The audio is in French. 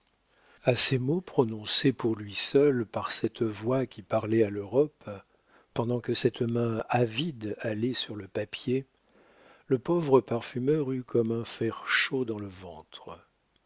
a ces mots prononcés pour lui seul par cette voix qui parlait à l'europe pendant que cette main avide allait sur le papier le pauvre parfumeur eut comme un fer chaud dans le ventre